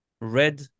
red